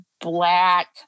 Black